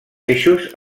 eixos